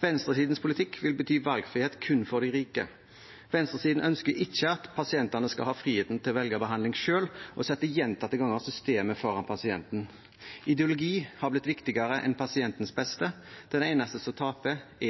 Venstresidens politikk vil bety valgfrihet kun for de rike. Venstresiden ønsker ikke at pasientene skal ha frihet til å velge behandling selv, og setter gjentatte ganger systemet foran pasienten. Ideologi har blitt viktigere enn pasientens beste. Den eneste som taper,